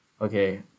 okay